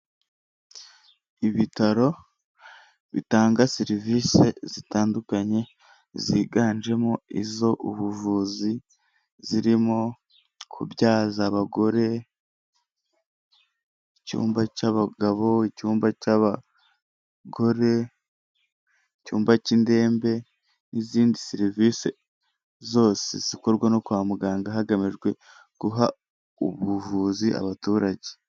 Ibitaro bitanga serivisi zitandukanye ziganjemo izo ubuvuzi, zirimo kubyaza abagore, icyumba cy'abagabo, icyumba cy'abagore, icyumba cy'indembe n'izindi serivisi zose zikorwa no kwa muganga hagamijwe guha ubuvuzi abaturage.